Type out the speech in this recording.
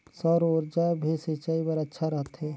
सौर ऊर्जा भी सिंचाई बर अच्छा रहथे?